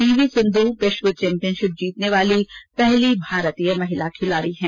पीवीसिंधु विश्व चैम्पियनशिप जीतने वाली पहली भारतीय महिला हैं